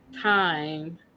time